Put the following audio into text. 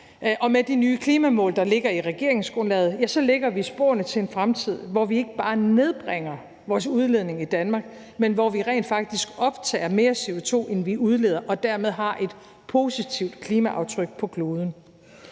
og med de nye klimamål, der ligger i regeringsgrundlaget, ja, så lægger vi sporene til en fremtid, hvor vi ikke bare nedbringer vores udledning i Danmark, men hvor vi rent faktisk optager mere CO2, end vi udleder, og dermed har et positivt klimaaftryk på kloden.